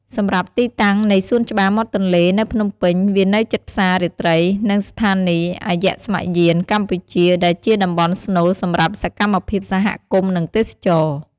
សម្រាប់ទីតាំងនៃសួនច្បារមាត់ទន្លេនៅភ្នំពេញ វានៅជិតផ្សាររាត្រី និងស្ថានីយអយស្ម័យយានកម្ពុជា ដែលជាតំបន់ស្នូលសម្រាប់សកម្មភាពសហគមន៍ និងទេសចរណ៍។